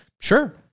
Sure